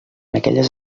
aquelles